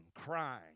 crying